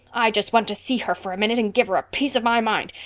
i just want to see her for a minute and give her a piece of my mind.